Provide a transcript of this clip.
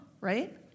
right